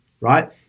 right